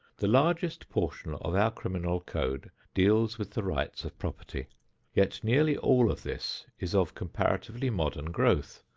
the largest portion of our criminal code deals with the rights of property yet nearly all of this is of comparatively modern growth.